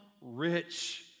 rich